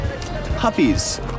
puppies